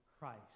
Christ